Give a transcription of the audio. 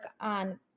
on